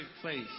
place